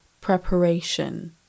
Preparation